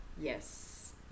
yes